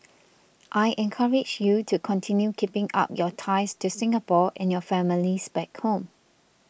I encourage you to continue keeping up your ties to Singapore and your families back home